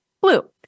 blue